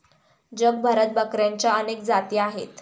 जगभरात बकऱ्यांच्या अनेक जाती आहेत